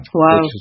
wow